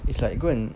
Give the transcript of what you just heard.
it's like go and